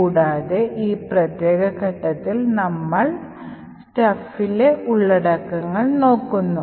കൂടാതെ ഈ പ്രത്യേക ഘട്ടത്തിൽ നമ്മൾ സ്റ്റഫിലെ ഉള്ളടക്കങ്ങൾ നോക്കുന്നു